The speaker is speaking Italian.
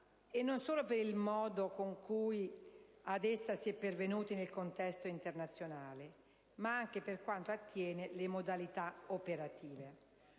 non solo per il modo con cui ad essa si è pervenuti nel contesto internazionale, ma anche per quanto attiene alle modalità operative.